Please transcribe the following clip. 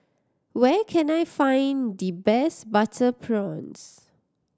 where can I find the best butter prawns